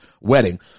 wedding